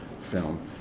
film